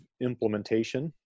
Implementation